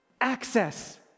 access